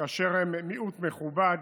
כאשר הם מיעוט מכובד